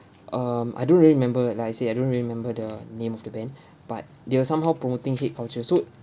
um I don't really remember like I say I don't remember the name of the band but they were somehow promoting hate culture so